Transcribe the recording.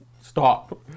stop